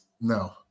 No